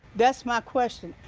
that's my question.